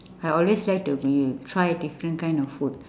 I always like to when you try different kind of food